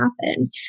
happen